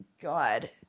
god